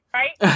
right